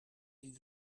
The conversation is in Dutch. die